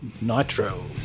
nitro